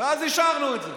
אז אישרנו את זה.